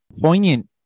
poignant